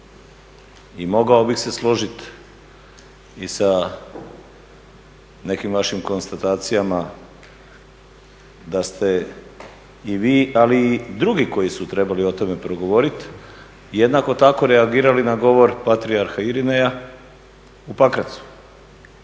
i mogao bih se složiti i sa nekim vašim konstatacijama da ste i vi, ali i drugi koji su trebali o tome progovoriti, jednako tako reagirali na govor patrijarha … u Pakracu,